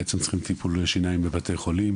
הם בעצם צריכים טיפולי שיניים בבתי חולים